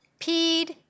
peed